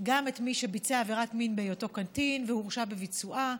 גם מי שביצע עבירת מין בהיותו קטין והורשע בביצועה,